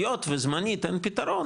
היות וזמנית אין פתרון,